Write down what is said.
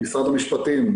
משרד המשפטים,